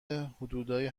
حدودای